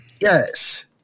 Yes